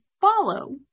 follow